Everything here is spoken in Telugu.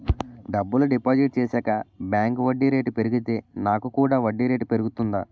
డబ్బులు డిపాజిట్ చేశాక బ్యాంక్ వడ్డీ రేటు పెరిగితే నాకు కూడా వడ్డీ రేటు పెరుగుతుందా?